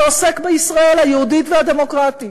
שעוסק בישראל היהודית והדמוקרטית.